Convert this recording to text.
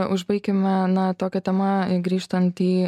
užbaikime na tokia tema grįžtant į